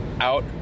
out